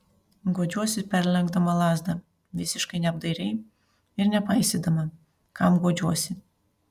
guodžiuosi perlenkdama lazdą visiškai neapdairiai ir nepaisydama kam guodžiuosi